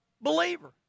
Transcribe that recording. believer